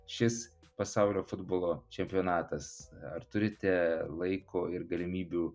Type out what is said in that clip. šis pasaulio futbolo čempionatas ar turite laiko ir galimybių